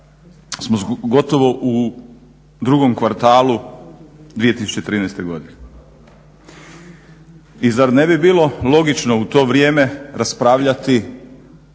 smo gotovo u drugom kvartalu 2013. godine. I zar ne bi bilo logično u to vrijeme raspravljati